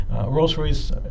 Rolls-Royce